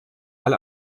alle